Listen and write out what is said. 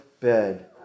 bed